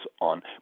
on